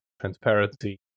transparency